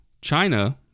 China